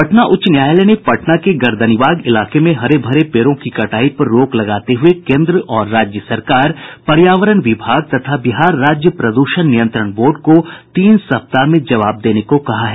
पटना उच्च न्यायालय ने पटना के गर्दनीबाग इलाके में हरे भरे पेड़ों की कटाई पर रोक लगाते हुये केंद्र और राज्य सरकार पर्यावरण विभाग तथा बिहार राज्य प्रदूषण नियंत्रण बोर्ड को तीन सप्ताह में जवाब देने को कहा है